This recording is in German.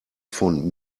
von